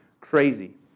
crazy